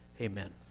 Amen